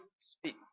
speak